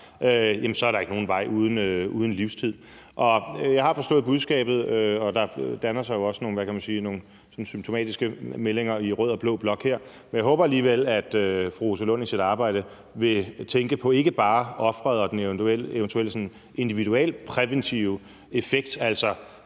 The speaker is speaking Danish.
er der ingen vej uden om at få livstid. Og jeg har forstået budskabet, og der danner sig jo også nogle, hvad kan man sige, sådan symptomatiske meldinger i rød og blå blok her. Men jeg håber alligevel, at fru Rosa Lund i sit arbejde vil tænke på ikke bare offeret og den eventuelle sådan individualpræventive effekt,